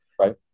Right